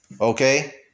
Okay